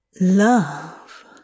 love